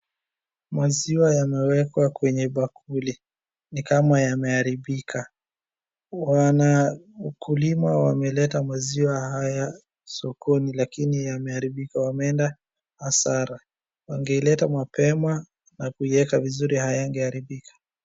Maziwa yamewekwa kwenye bakuli ni kama yameharibika. Wakulima wameleta maziwa haya sokoni lakini yameharibika wameenda hasara. wangeileta mapema na kuiweka vizuri hayangeharibika.